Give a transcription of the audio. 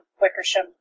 Wickersham